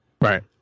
Right